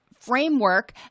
Framework